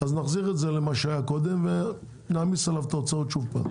אז נחזיר את זה למה שהיה קודם ונעמיס עליו את ההוצאות שוב פעם.